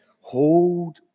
Hold